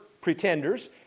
pretenders